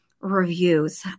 reviews